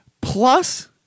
Plus